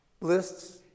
lists